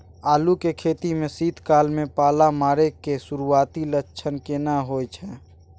आलू के खेती में शीत काल में पाला मारै के सुरूआती लक्षण केना होय छै?